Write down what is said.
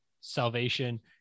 salvation